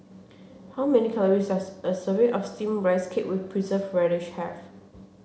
how many calories does a serving of steamed rice cake with preserved radish have